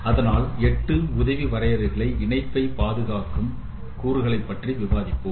அதனால் 8 உதவி வரையறைகளை இணைப்பை பாதுகாக்கும் கூறுகளை பற்றி விவாதிப்போம்